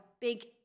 big